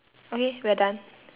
okay we're done